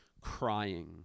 crying